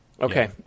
Okay